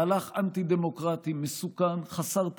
מהלך אנטי-דמוקרטי, מסוכן וחסר תקדים,